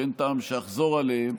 שאין טעם שאחזור עליהם.